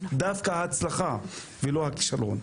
דווקא ההצלחה ולא הכישלון.